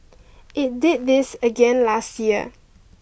it did this again last year